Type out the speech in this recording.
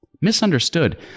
misunderstood